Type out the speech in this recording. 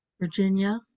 Virginia